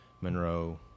Monroe